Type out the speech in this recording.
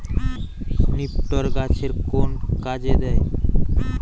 নিপটর গাছের কোন কাজে দেয়?